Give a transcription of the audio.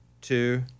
Two